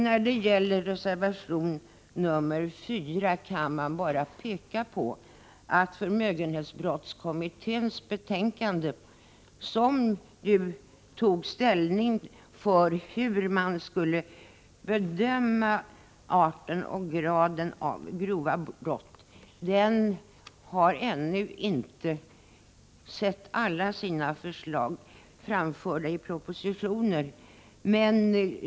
När det gäller reservation 4 kan man bara peka på att förmögenhetsbrottskommittén, där man tog ställning till hur arten och graden av grova brott skall bedömas, ännu inte fått alla sina förslag framförda i propositionen.